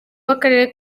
w’akarere